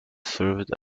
served